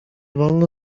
wolno